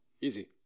Easy